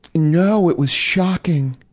no, it was shocking.